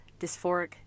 dysphoric